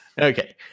Okay